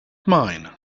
mine